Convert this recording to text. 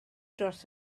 dros